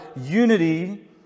unity